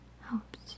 Helps